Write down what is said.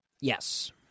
Yes